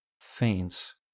faints